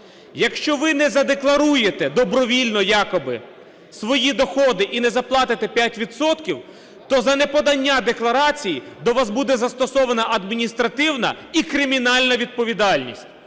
якщо ви не задекларуєте добровільно якобы свої доходи і не заплатите 5 відсотків, то за неподання декларації до вас буде застосовано адміністративна і кримінальна відповідальність.